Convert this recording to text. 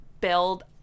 build